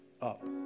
up